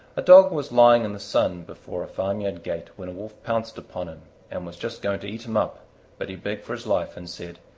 a dog was lying in the sun before a farmyard gate when a wolf pounced upon him and was just going to eat him up but he begged for his life and said,